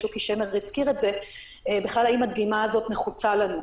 שוקי שמר הזכיר האם בכלל הדגימה הזאת נחוצה לנו.